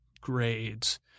grades